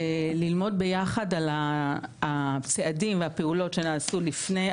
ללמוד ביחד על הצעדים והפעולות שנעשו לפני הרצח,